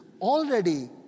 already